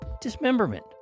dismemberment